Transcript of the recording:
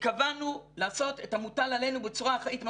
התכוונו לעשות את המוטל עלינו בצורה אחראית מאוד.